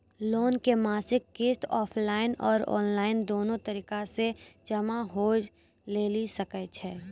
Loan के मासिक किस्त ऑफलाइन और ऑनलाइन दोनो तरीका से जमा होय लेली सकै छै?